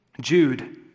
Jude